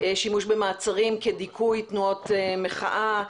שימוש במעצרים כדיכוי תנועות מחאה,